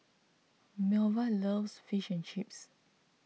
Melva loves Fish and Chips